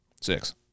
Six